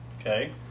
Okay